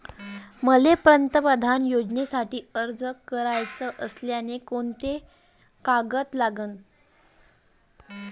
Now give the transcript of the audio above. मले पंतप्रधान योजनेसाठी अर्ज कराचा असल्याने कोंते कागद लागन?